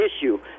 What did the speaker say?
issue